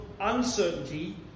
uncertainty